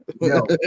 No